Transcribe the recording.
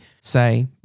say